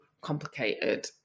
complicated